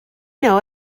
know